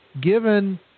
Given